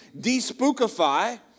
de-spookify